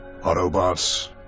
Autobots